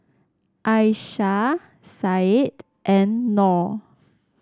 Aisyah Syed and Nor